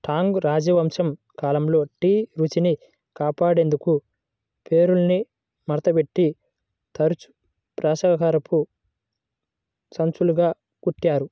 Tang రాజవంశం కాలంలో tea రుచిని కాపాడేందుకు పేపర్ను మడతపెట్టి చతురస్రాకారపు సంచులుగా కుట్టారు